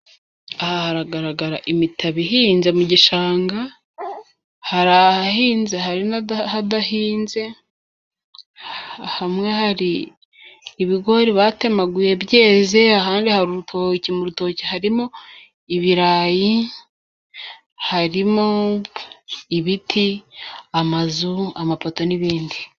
Aha haragaragara imitabo ihinze mu gishanga hari ahahinze hari n'ahadahinze, hamwe hari ibigori batemaguye byeze ahandi hari urutoki, mu rutoki harimo ibirayi, harimo ibiti, amazu, amapoto n'ibindi.